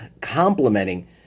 complementing